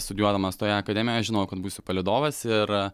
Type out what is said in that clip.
studijuodamas toje akademijoje žinojau kad būsiu palydovas ir